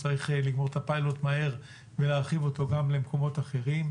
צריך לגמור את הפיילוט מהר ולהרחיב אותו גם למקומות אחרים.